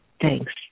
Thanks